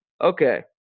okay